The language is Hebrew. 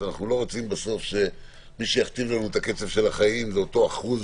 אנחנו לא רוצים שמי שיכתיב לנו את הקצב של החיים זה אותו אחוז,